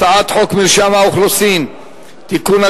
הצעת חוק מרשם האוכלוסין (תיקון,